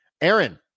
Aaron